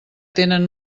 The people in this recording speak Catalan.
tenen